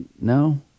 no